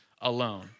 alone